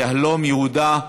"יהלום יהודה",